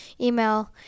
email